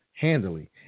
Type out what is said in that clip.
handily